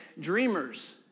dreamers